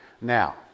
Now